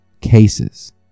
cases